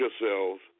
yourselves